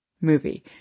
movie